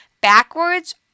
backwards